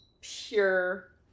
pure